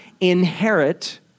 inherit